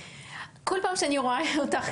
כל פעם שאני רואה אותך,